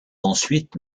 ensuite